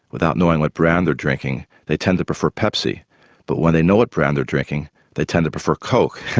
without knowing what brand they're drinking, they tend to prefer pepsi but when they know what brand they're drinking they tend to prefer coke.